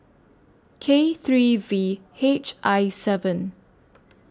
K three V H I seven